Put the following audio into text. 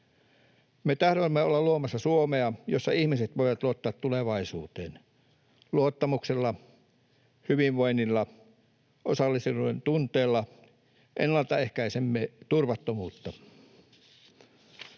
Me tahdomme olla luomassa Suomea, jossa ihmiset voivat luottaa tulevaisuuteen. Luottamuksella, hyvinvoinnilla ja osallisuuden tunteella ennaltaehkäisemme turvattomuutta.